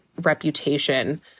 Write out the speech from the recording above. reputation